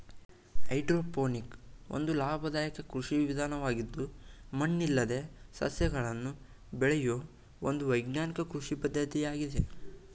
hydroponic ಒಂದು ಲಾಭದಾಯಕ ಕೃಷಿ ವಿಧಾನವಾಗಿದ್ದು ಮಣ್ಣಿಲ್ಲದೆ ಸಸ್ಯಗಳನ್ನು ಬೆಳೆಯೂ ಒಂದು ವೈಜ್ಞಾನಿಕ ಕೃಷಿ ಪದ್ಧತಿಯಾಗಿದೆ